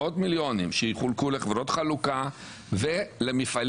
מאות מיליונים שיחולקו לחברות חלוקה ולמפעלים